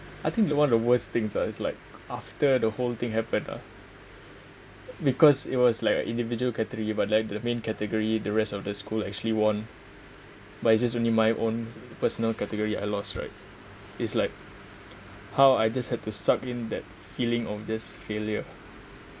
I think the one of the worst things ah is like after the whole thing happened ah because it was like a individual category but like the main category the rest of the school actually won but it's just only my own personal category I lost right is like how I just had to suck in that feeling of this failure